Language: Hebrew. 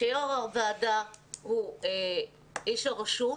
כאשר יושב ראש הוועדה הוא איש הרשות,